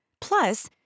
Plus